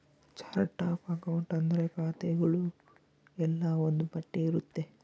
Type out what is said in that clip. chart of account ಅಂದ್ರೆ ಖಾತೆಗಳು ಎಲ್ಲ ಒಂದ್ ಪಟ್ಟಿ ಇರುತ್ತೆ